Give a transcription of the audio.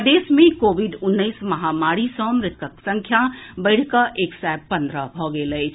प्रदेश मे कोविड उन्नैस महामारी सँ मृतकक संख्या बढ़ि कऽ एक सय पन्द्रह भऽ गेल अछि